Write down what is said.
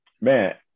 man